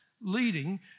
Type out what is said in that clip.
leading